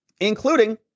Including